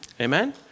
Amen